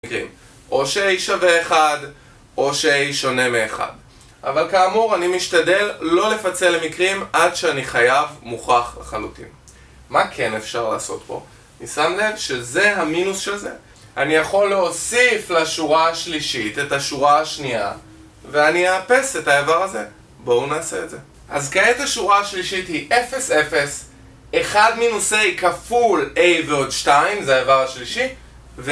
או שאי שווה 1 או שאי שונה מ-1 אבל כאמור אני משתדל לא לפצל למקרים עד שאני חייב מוכח לחלוטין מה כן אפשר לעשות פה? אני שם לב שזה המינוס של זה אני יכול להוסיף לשורה השלישית את השורה השנייה ואני אאפס את העבר הזה בואו נעשה את זה אז כעת השורה השלישית היא 0,0 1 מינוס A כפול A ועוד 2 זה האיבר השלישי ו..